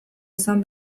izan